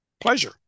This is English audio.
pleasure